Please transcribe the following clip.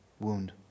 wound